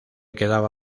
quedaba